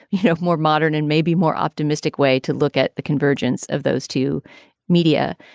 you know, more modern and maybe more optimistic way to look at the convergence of those two media?